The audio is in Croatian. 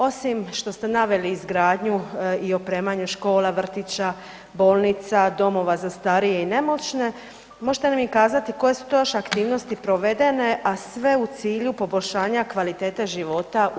Osim što ste naveli izgradnju i opremanje škola, vrtića, bolnica, domova za starije i nemoćne, možete li mi kazati koje su to još aktivnosti provedene, a sve u cilju poboljšanja kvalitete života u cjelini.